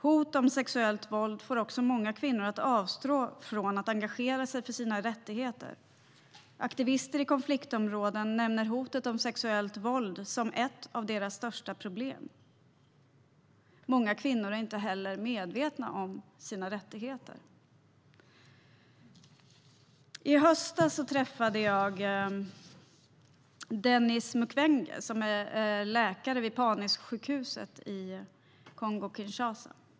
Hot om sexuellt våld får också många kvinnor att avstå från att engagera sig för sina rättigheter. Aktivister i konfliktområden nämner hotet om sexuellt våld som ett av sina största problem. Många kvinnor är inte heller medvetna om sina rättigheter. I höstas träffade jag Denis Mukwege, som är läkare vid Panzisjukhuset i Kongo-Kinshasa.